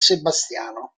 sebastiano